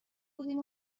بودیم